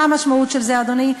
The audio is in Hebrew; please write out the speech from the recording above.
מה המשמעות של זה, אדוני?